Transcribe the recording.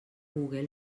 google